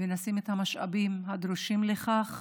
ונשים את המשאבים הדרושים לכך